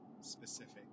specific